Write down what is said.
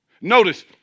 Notice